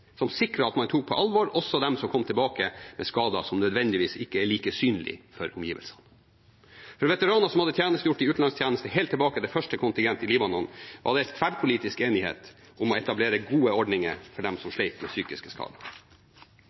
som sikret at man tok på alvor også dem som kom tilbake med skader som ikke nødvendigvis er like synlige for omgivelsene. For veteraner som hadde tjenestegjort i utenlandstjeneste helt tilbake til første kontingent i Libanon, var det tverrpolitisk enighet om å etablere gode ordninger for dem som slet med psykiske skader.